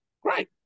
Great